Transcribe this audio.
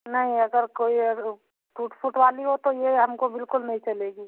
नहीं अगर कोई अगर टूट फूट वाली हो तो ये हमको बिल्कुल नहीं चलेगी